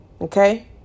Okay